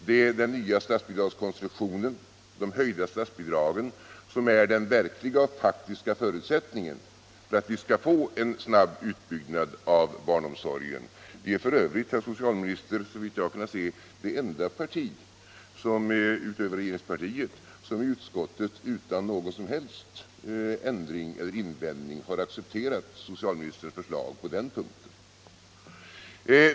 Det är den nya statsbidragskonstruktionen, de höjda statsbidragen som är den verkliga och faktiska förutsättningen för att vi skall få en snabb utbyggnad av barnomsorgen, Vi är f. ö.. herr socialminister, såvitt jag kunnat se det enda parti utöver regeringspartiet som i utskottet utan någon som helst ändring eller invändning har accepterat socialministerns förslag på den punkten.